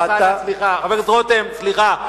חבר הכנסת רותם, סליחה.